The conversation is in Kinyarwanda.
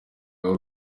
wari